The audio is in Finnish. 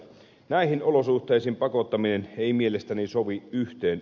näihin olosuhteisiin pakottaminen ei mielestäni sovi yhteen